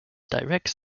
directs